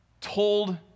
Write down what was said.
told